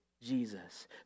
Jesus